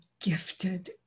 gifted